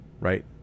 right